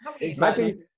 Imagine